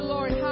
Lord